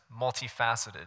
multifaceted